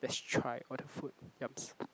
lets try all the food yums